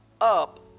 up